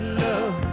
love